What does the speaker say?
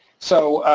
so,